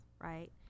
right